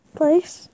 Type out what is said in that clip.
place